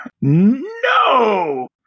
No